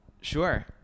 sure